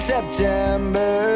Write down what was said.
September